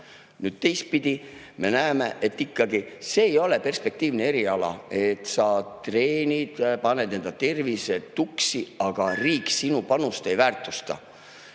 Teistpidi me näeme, et see ei ole ikka perspektiivne eriala, et sa treenid, paned enda tervise tuksi, aga riik sinu panust ei väärtusta.